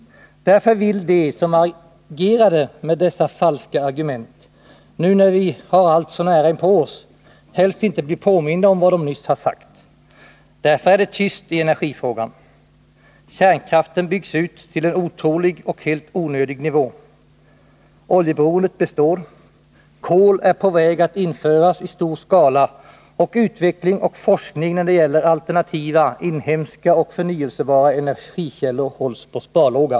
Därför vill de som agerade med dessa falska argument, nu när vi har allt så nära inpå oss, helst inte bli påminda om vad de nyss har sagt. Därför är det tyst i energifrågan. Kärnkraften byggs ut till en otrolig och helt onödig nivå, oljeberoendet består, kol är på väg att införas i stor skala, och utveckling och forskning när det gäller alternativa, inhemska och förnyelsebara energikällor hålls på sparlåga.